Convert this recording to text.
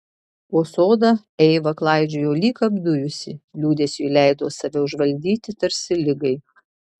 po sodą eiva klaidžiojo lyg apdujusi liūdesiui leido save užvaldyti tarsi ligai